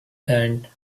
and